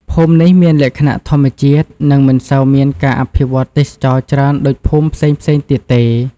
ភូមិនេះមានលក្ខណៈធម្មជាតិ និងមិនសូវមានការអភិវឌ្ឍន៍ទេសចរណ៍ច្រើនដូចភូមិផ្សេងៗទៀតទេ។